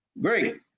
Great